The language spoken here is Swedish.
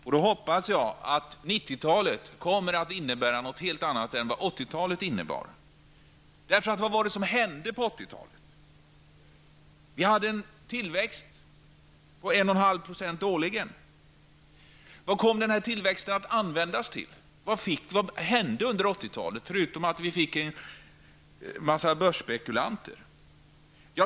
Jag hoppas att 90 talet kommer att innebära något helt annat än vad 80-talet innebar. Vad var det som hände på 80-talet? Vi hade en tillväxt på 1,5 % årligen. Vad kom den tillväxten att användas till? Vad hände under 80-talet, förutom att vi fick en mängd börsspekulanter?